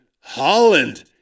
Holland